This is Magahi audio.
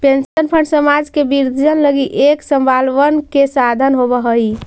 पेंशन फंड समाज के वृद्धजन लगी एक स्वाबलंबन के साधन होवऽ हई